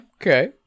Okay